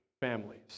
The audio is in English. families